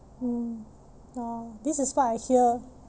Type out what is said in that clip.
mm uh this is what I hear